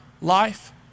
life